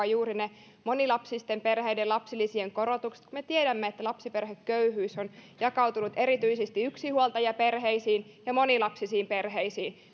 juuri niitä monilapsisten perheiden lapsilisien korotuksia niin kun me tiedämme että lapsiperheköyhyys on jakautunut erityisesti yksinhuoltajaperheisiin ja monilapsisiin perheisiin